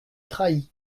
trahit